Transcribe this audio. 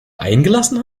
eingelassen